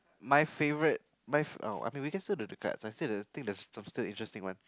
my favorite my oh I've been waiting I say the cards I say the substance interesting one